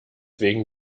wegen